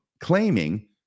claiming